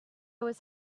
was